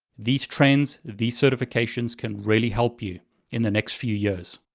these trends, these certifications can really help you in the next few years.